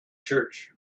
church